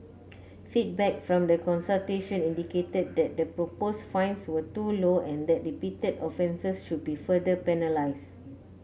feedback from the consultation indicated that the proposed fines were too low and that repeated offences should be further penalise